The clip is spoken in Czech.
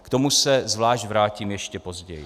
K tomu se zvlášť vrátím ještě později.